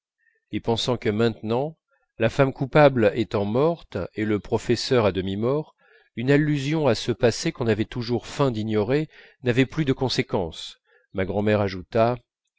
et pensant que maintenant la femme coupable étant morte et le professeur à demi mort une allusion à ce passé qu'on avait toujours feint d'ignorer n'avait plus de conséquence ma grand'mère ajouta